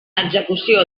execució